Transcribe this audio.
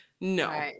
No